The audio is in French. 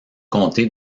comté